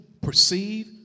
perceive